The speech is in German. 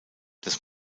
das